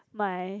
my